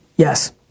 Yes